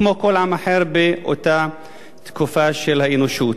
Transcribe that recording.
כמו כל עם אחר באותה תקופה של האנושות.